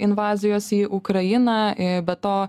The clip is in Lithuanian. invazijos į ukrainą i be to